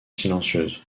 silencieuse